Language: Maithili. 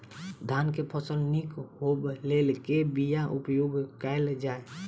धान केँ फसल निक होब लेल केँ बीया उपयोग कैल जाय?